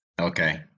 Okay